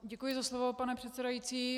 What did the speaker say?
Děkuji za slovo, pane předsedající.